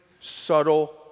subtle